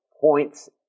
points